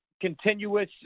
continuous